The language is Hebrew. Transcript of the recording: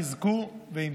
חזקו ואמצו.